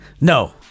no